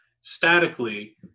statically